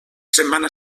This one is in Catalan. setmana